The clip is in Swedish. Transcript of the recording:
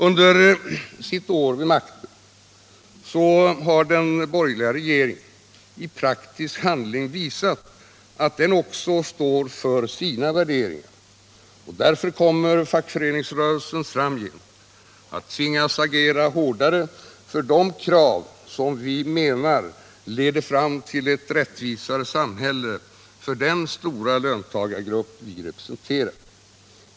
Under sitt år vid makten har den borgerliga regeringen i praktisk handling visat att den också står för sina värderingar — därför kommer fackföreningsrörelsen framgent att tvingas agera hårdare för de krav som vi menar leder fram till ett rättvisare samhälle för den stora löntagargrupp vi representerar.